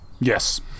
Yes